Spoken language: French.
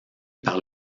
par